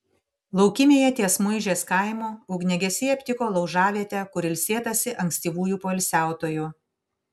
laukymėje ties muižės kaimu ugniagesiai aptiko laužavietę kur ilsėtasi ankstyvųjų poilsiautojų